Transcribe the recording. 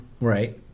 Right